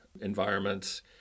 environments